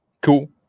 Cool